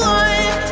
one